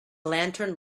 lantern